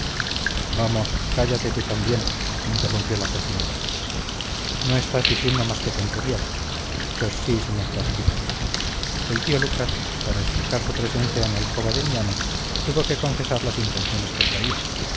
vamos cállate tú también interrumpió la cocinera no estás diciendo más que tonterías pues sí señá frasquita el tío lucas para explicar su presencia en la alcoba de mi ama tuvo que confesar las intenciones que traía